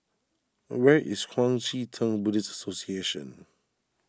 where is Kuang Chee Tng Buddhist Association